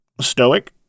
stoic